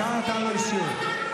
שווה להקשיב.